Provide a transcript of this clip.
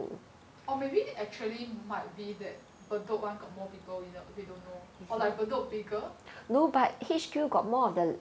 or maybe actually might be that bedok [one] got more people without we don't know or like bedok bigger